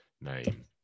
name